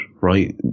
right